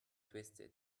twisted